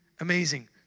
amazing